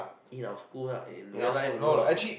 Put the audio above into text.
in our school lah in real life no lah